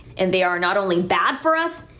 and they are not only bad for us.